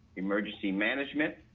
emergency management,